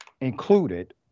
included